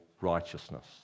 righteousness